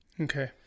Okay